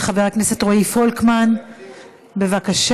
חבר הכנסת רועי פולקמן, בבקשה.